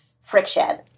friction